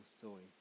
story